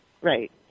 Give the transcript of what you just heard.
Right